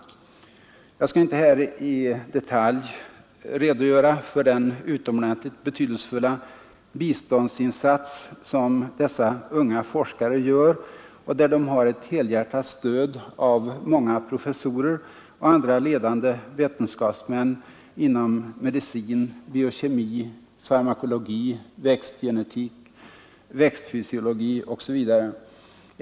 Jag kan inte här i detalj redogöra för den utomordentligt betydelsefulla biståndsinsats som dessa unga forskare gör och där de har ett helhjärtat stöd av många professorer och andra ledande vetenskapsmän inom medicin, biokemi, farmakologi, växtgenetik, växtfysiologi osv.